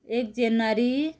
एक जनवरी